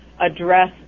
address